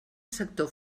sector